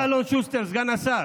אלון, ידידי אלון שוסטר, סגן השר,